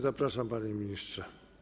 Zapraszam, panie ministrze.